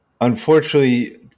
Unfortunately